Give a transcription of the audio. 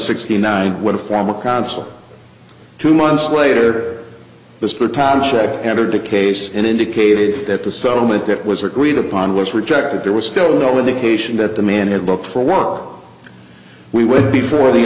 sixty nine when a former counsel two months later mr townshend entered the case and indicated that the settlement that was agreed upon was rejected there was still no indication that the man had booked for work we went before the